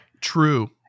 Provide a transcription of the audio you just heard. True